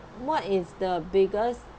what is the biggest